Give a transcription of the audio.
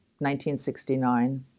1969